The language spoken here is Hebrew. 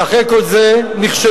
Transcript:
ואחרי כל זה נכשלו,